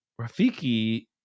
Rafiki